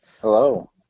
Hello